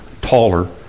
taller